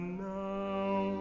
now